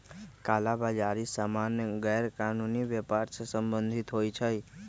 कला बजारि सामान्य गैरकानूनी व्यापर से सम्बंधित होइ छइ